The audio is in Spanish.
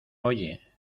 oye